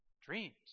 dreams